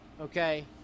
Okay